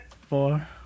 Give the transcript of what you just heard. four